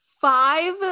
five